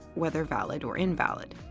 whether valid or invalid.